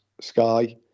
sky